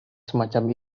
semacam